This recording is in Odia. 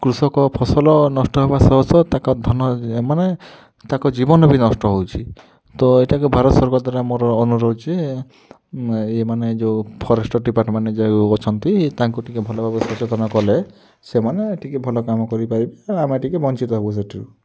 କୃଷକ ଫସଲ ନଷ୍ଟ ହେବା ସହ ସହ ତାଙ୍କ ଧନ ମାନେ ତାଙ୍କ ଜୀବନ ବି ନଷ୍ଟ ହେଉଛି ତ ଏଇଟାକୁ ଭାରତ ସରକାର ଦ୍ୱାରା ମୋର ଅନୁରୋଧ ଯେ ଏମାନେ ଯେଉଁ ଫରେଷ୍ଟର୍ ଡିପାର୍ଟମେଣ୍ଟ୍ ଯେଉଁ ଅଛନ୍ତି ତାଙ୍କୁ ଟିକେ ଭଲ ହବ ଅବଶୋଚନ କଲେ ସେମାନେ ଟିକେ ଭଲ କାମ କରି ପାରିବେ ଆମେ ଟିକେ ବଞ୍ଚିତ ହେବୁ ସେଥିରୁ